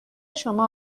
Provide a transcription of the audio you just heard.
شما